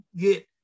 get